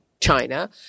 China